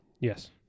Yes